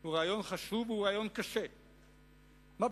הוא רעיון חשוב, והוא רעיון קשה.